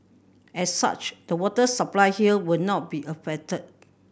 as such the water supply here will not be affected